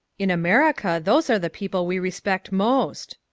in america those are the people we respect most.